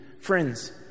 Friends